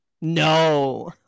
no